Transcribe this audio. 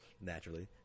Naturally